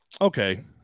Okay